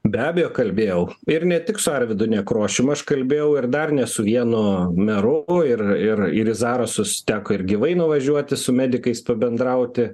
be abejo kalbėjau ir ne tik su arvydu nekrošium aš kalbėjau ir dar ne su vienu meru ir ir ir į zarasus teko ir gyvai nuvažiuoti su medikais pabendrauti